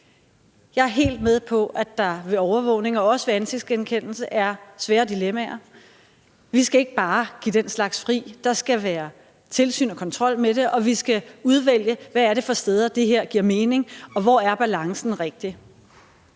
Jeg er helt med på, at der ved overvågning og ansigtsgenkendelse er svære dilemmaer. Vi skal ikke bare give den slags fri. Der skal være tilsyn og kontrol med det, og vi skal udvælge, hvad det er for steder, det her giver mening, og hvor balancen er rigtig.